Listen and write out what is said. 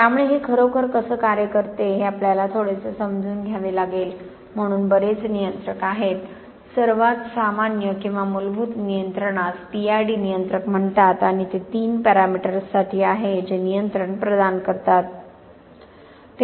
त्यामुळे हे खरोखर कसे कार्य करते हे आपल्याला थोडेसे समजून घ्यावे लागेल म्हणून बरेच नियंत्रक आहेत सर्वात सामान्य किंवा मूलभूत नियंत्रणास पीआयडी नियंत्रक म्हणतात आणि ते तीन पॅरामीटर्ससाठी आहे जे नियंत्रण प्रदान करतात